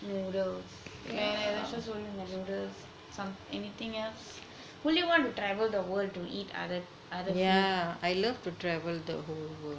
noodles let's just holding on noodles some anything else wouldn't you want to travel the world to eat other food